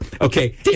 Okay